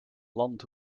land